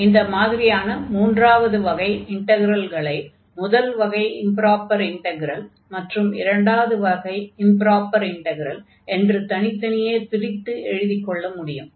இது மாதிரியான மூன்றாவது வகை இன்டக்ரல்களை முதல் வகை இம்ப்ராப்பர் இன்டக்ரல் மற்றும் இரண்டாவது வகை இம்ப்ராப்பர் இன்டக்ரல் என்று தனித்தனியே பிரித்து எழுதிக் கொள்ள முடியும்